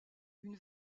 une